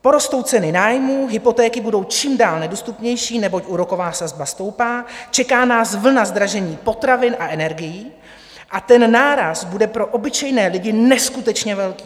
Porostou ceny nájmů, hypotéky budou čím dál nedostupnější, neboť úroková sazba stoupá, čeká nás vlna zdražení potravin a energií a ten náraz bude pro obyčejné lidi neskutečně velký.